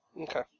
Okay